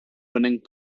winning